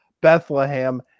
Bethlehem